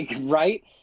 Right